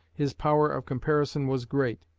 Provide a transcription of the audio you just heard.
his power of comparison was great.